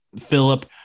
Philip